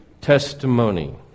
Testimony